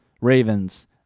Ravens